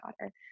daughter